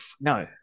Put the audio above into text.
No